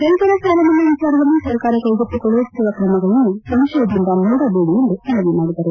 ರೈತರ ಸಾಲ ಮನ್ನಾ ವಿಚಾರದಲ್ಲಿ ಸರ್ಕಾರ ಕೈಗೊಳ್ಳುತ್ತಿರುವ ್ರಮಗಳನ್ನು ಸಂಶಯದಿಂದ ನೋಡಬೇಡಿ ಎಂದು ಮನವಿ ಮಾಡಿದರು